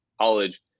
college